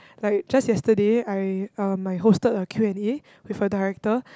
like just yesterday I um I hosted a Q and A with a director